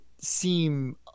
seem